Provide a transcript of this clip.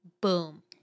Boom